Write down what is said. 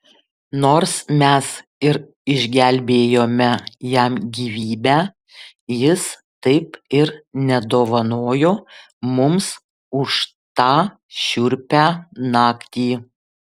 nors mes ir išgelbėjome jam gyvybę jis taip ir nedovanojo mums už tą šiurpią naktį